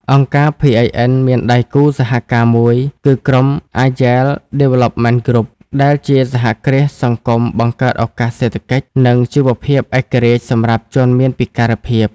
អង្គការ PIN មានដៃគូសហការមួយគឺក្រុម អាចែល ដេវេលឡប់មិន គ្រុប (Agile Development Group) ដែលជាសហគ្រាសសង្គមបង្កើតឱកាសសេដ្ឋកិច្ចនិងជីវភាពឯករាជ្យសម្រាប់ជនមានពិការភាព។